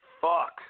Fuck